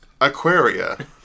Aquaria